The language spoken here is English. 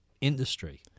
industry